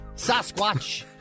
Sasquatch